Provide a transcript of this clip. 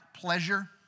pleasure